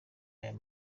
aya